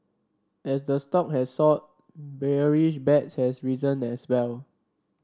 as the stock has soared bearish bets has risen as well